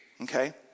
okay